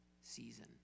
season